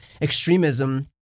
extremism